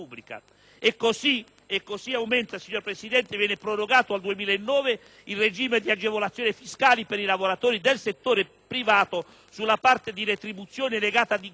della finanza pubblica. Viene inoltre prorogato al 2009 il regime delle agevolazioni fiscali per i lavoratori del settore privato sulla parte di retribuzione legata ad incrementi di produttività